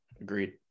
agreed